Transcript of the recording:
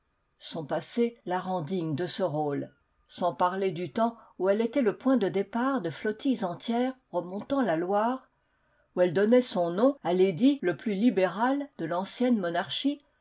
son passé la rend digne de ce rôle sans parler du temps où elle était le point de départ de flottilles entières remontant la loire où elle donnait son nom à l'édit le plus libéral de l'ancienne monarchie